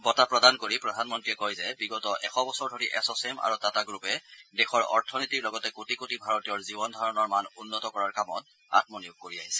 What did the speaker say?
বঁটা প্ৰদান কৰি প্ৰধানমন্ত্ৰীয়ে কয় যে বিগত এশ বছৰ ধৰি এছ চেম আৰু টাটা গ্ৰুপে দেশৰ অথনীতিৰ লগতে কোটি কোটি ভাৰতীয়ৰ জীৱন ধাৰণৰ মান উন্নত কৰাৰ কামত আম্মনিয়োগ কৰি আহিছে